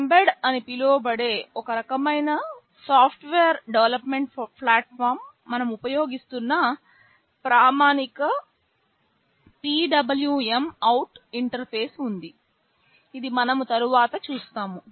mbed అని పిలువబడే ఒక రకమైన సాఫ్ట్వేర్ డెవలప్మెంట్ ప్లాట్ఫామ్లో మనం ఉపయోగిస్తున్న ప్రామాణిక PWMOut ఇంటర్ఫేస్ ఉంది ఇది మనము తరువాత చూస్తాము